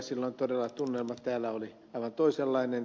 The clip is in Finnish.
silloin todella tunnelma täällä oli aivan toisenlainen